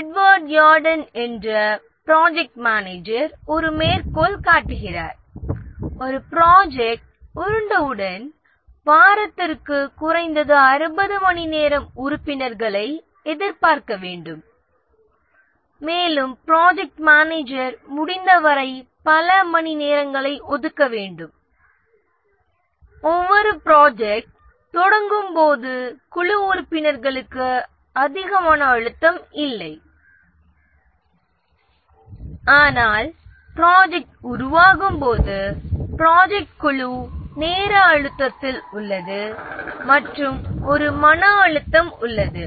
Edward Yourdon என்ற project manager ஒரு மேற்கோள் காட்டுகிறார் ஒரு ப்ராஜெக்ட் ஆரம்பித்தவுடன் வாரத்திற்கு குறைந்தது 60 மணிநேரம் உறுப்பினர்களின் வேலை நேரம் எதிர்பார்க்க வேண்டும் மேலும் ப்ராஜெக்ட் மேனேஜர் முடிந்தவரை பல மணிநேரங்களை ஒதுக்க வேண்டும் ஒவ்வொரு ப்ராஜெக்ட் தொடங்கும் போது குழு உறுப்பினர்களுக்கு அதிக மன அழுத்தம் இல்லை ஆனால் ப்ராஜெக்ட் உருவாகும்போது ப்ராஜெக்ட் குழு நேர அழுத்தத்தில் உள்ளது மற்றும் ஒரு மன அழுத்தம் உள்ளது